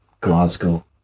Glasgow